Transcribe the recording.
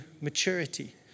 maturity